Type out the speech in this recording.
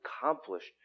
accomplished